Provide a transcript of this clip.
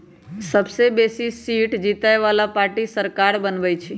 सबसे बेशी सीट जीतय बला पार्टी सरकार बनबइ छइ